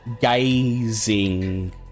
gazing